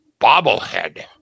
bobblehead